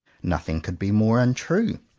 nothing could be more untrue.